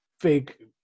fake